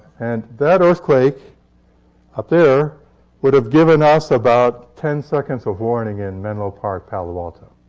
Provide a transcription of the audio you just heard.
and that earthquake up there would have given us about ten seconds of warning in menlo park palo alto.